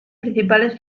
principales